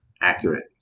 Accurate